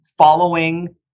following